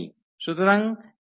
সুতরাং এর কোএফিসিয়েন্ট 0 হয়